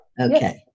Okay